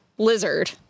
Lizard